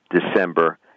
December